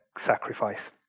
sacrifice